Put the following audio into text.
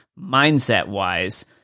mindset-wise